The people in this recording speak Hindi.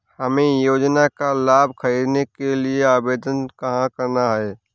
हमें योजना का लाभ ख़रीदने के लिए आवेदन कहाँ करना है?